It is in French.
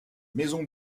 maisons